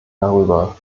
darüber